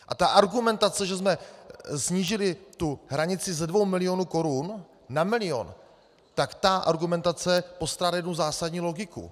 A ta argumentace, že jsme snížili hranici ze dvou milionů korun na milion, tak ta argumentace postrádá jednu zásadní logiku.